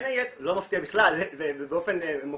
לא מפתיע בכלל, ובאופן מופתי,